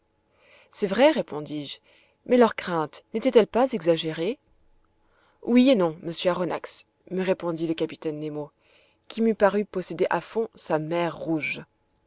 c'est vrai répondis-je mais leurs craintes nétaient elles pas exagérées oui et non monsieur aronnax me répondit le capitaine nemo qui me parut posséder à fond sa mer rouge